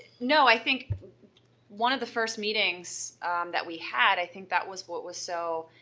no, i think one of the first meetings that we had, i think that was what was so,